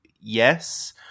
yes